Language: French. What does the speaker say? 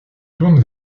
tourne